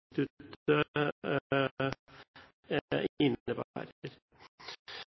innebærer.